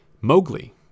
Mowgli